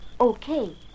okay